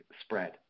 spread